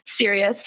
serious